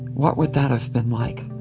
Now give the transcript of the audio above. what would that have been like?